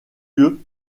lieu